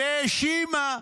והאשימה,